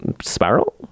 spiral